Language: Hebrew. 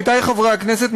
עמיתי חברי הכנסת,